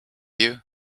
you